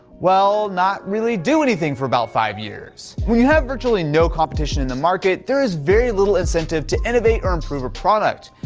well, not really do anything for about five years. when we had virtually no competition in the market, there is very little incentive to innovate or improve a product.